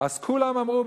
אז כולם אמרו,